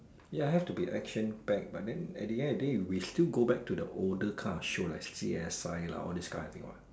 ya it have to be action packed but then at the end of the day we still go back to the older kind of show like C_S_I lah all this kind of thing what